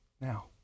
now